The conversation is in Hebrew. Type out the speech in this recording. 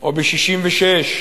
או ב-1966,